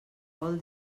vol